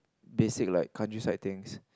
basic like countryside things